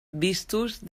vistos